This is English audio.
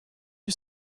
you